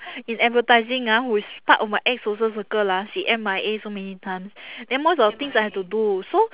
in advertising ah who is part of my ex-social circle lah she M_I_A so many times then most of the things I have to do so